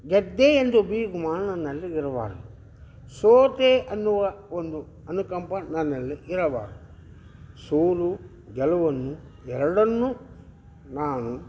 ಗೆದ್ದೆ ಎಂದು ಬಿಗುಮಾನದಲ್ಲಿ ಇರಬಾರದು ಸೋತೆ ಎನ್ನುವ ಒಂದು ಅನುಕಂಪ ನನ್ನಲ್ಲಿ ಇರಬಾರದು ಸೋಲು ಗೆಲುವನ್ನು ಎರಡನ್ನು ನಾನು